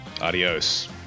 Adios